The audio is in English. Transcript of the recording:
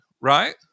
right